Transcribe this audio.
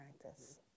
practice